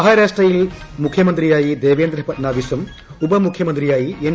മഹാരാഷ്ട്രയിൽ മുഖ്യമന്ത്രിയായി ദേവേന്ദ്ര ഫഡ്നാവിസും ഉപമുഖൃമന്ത്രിയായി എൻ